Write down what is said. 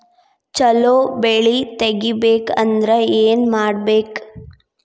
ಛಲೋ ಬೆಳಿ ತೆಗೇಬೇಕ ಅಂದ್ರ ಏನು ಮಾಡ್ಬೇಕ್?